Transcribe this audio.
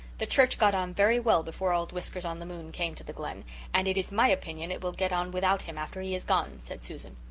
the church got on very well before old whiskers-on-the-moon came to the glen and it is my opinion it will get on without him after he is gone, said susan.